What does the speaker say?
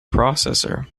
processor